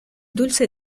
dulce